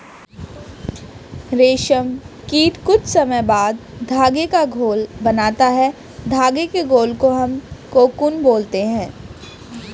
रेशम कीट कुछ समय बाद धागे का घोल बनाता है धागे के घोल को हम कोकून बोलते हैं